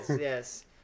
yes